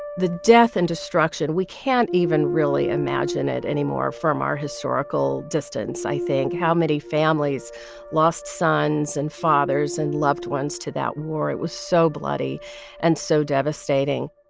the death and destruction we can't even really imagine it anymore from our historical distance, i think, how many families lost sons and fathers and loved ones to that war. it was so bloody and so devastating.